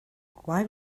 why